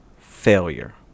failure